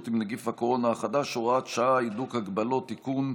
עם נגיף הקורונה החדש (הוראת שעה) (הידוק הגבלות) (תיקון),